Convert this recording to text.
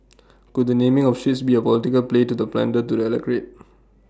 could the naming of ships be A political play to the pander to the electorate